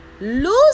lose